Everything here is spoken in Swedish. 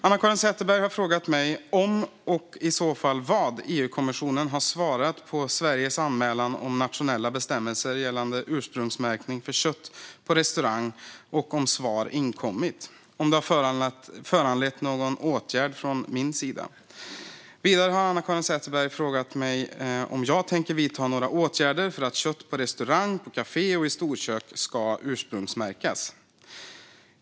Fru talman! har frågat mig om och i så fall vad EU-kommissionen har svarat på Sveriges anmälan om nationella bestämmelser gällande ursprungsmärkning för kött på restaurang, och om svar inkommit, om det har föranlett någon åtgärd från min sida. Vidare har Anna-Caren Sätherberg frågat mig om jag tänker vidta några åtgärder för att kött på restaurang, på kafé och i storkök ska ursprungsmärkas.